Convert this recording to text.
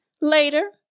Later